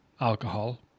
alcohol